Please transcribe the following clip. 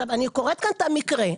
אני קוראת כאן את המקרה,